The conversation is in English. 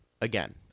again